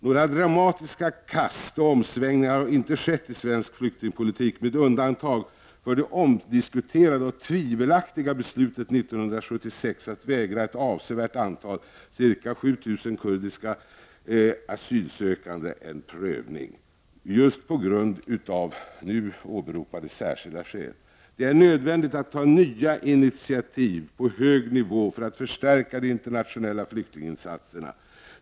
Några dramatiska kast och omsvängningar har inte skett i svensk flyktingpolitik med undantag för det omdiskuterade och tvivelaktiga beslutet 1976 att vägra ett avsevärt antal, ca 7 000 kurdiska asylsökande, prövning just på grund av nu åberopade särskilda skäl. Det är nödvändigt att på hög nivå ta nya initiativ för att förstärka de internationella flyktinginsatserna.